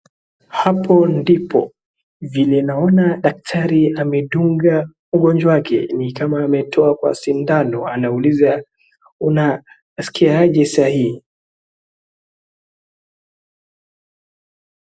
Hapo ndipo vile naona daktari amedunga ugonjwa wake ni kama ametoa kwa shindano ni kama anauliza unaskiaje sahi.